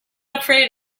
afraid